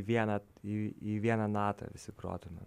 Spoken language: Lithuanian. vieną į į vieną natą visi grotumėm